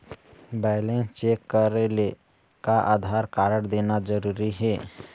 Balance check करेले का Aadhaar card देना जरूरी हे?